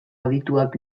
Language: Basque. adituak